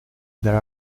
there